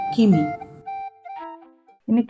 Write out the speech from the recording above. Kimi